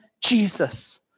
Jesus